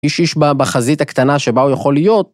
איש איש בה בחזית הקטנה שבה הוא יכול להיות.